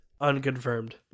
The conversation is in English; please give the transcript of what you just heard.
unconfirmed